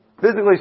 Physically